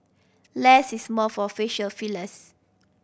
less is more for facial fillers